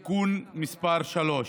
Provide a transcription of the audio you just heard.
(תיקון מס' 3),